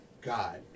God